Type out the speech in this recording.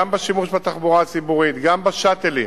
גם בשימוש בתחבורה הציבורית, גם ב"שאטלים"